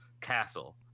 castle